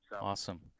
Awesome